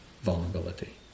vulnerability